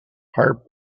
harp